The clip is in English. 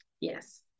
Yes